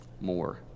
more